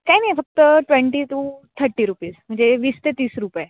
काही नाही फक्त ट्वेंटी टू थर्टी रुपीज म्हणजे वीस ते तीस रुपये